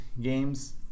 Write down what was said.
games